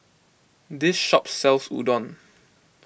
this shop sells Udon